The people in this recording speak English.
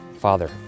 Father